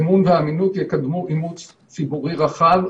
אמון ואמינות יקדמו אימוץ ציבורי רחב.